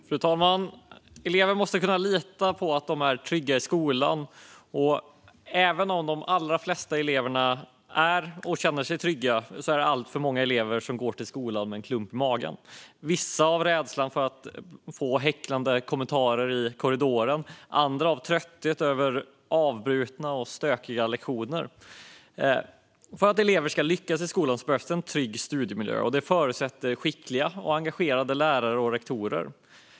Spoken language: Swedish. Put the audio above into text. Fru talman! Elever måste kunna lita på att de är trygga i skolan. Även om de allra flesta elever känner sig trygga går alltför många elever till skolan med en klump i magen, vissa av rädsla för häcklande kommentarer i korridoren och andra av trötthet över avbrutna och stökiga lektioner. För att elever ska lyckas i skolan behövs en trygg studiemiljö. Det förutsätter skickliga och engagerade lärare och rektorer.